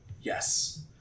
Yes